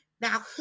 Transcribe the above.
now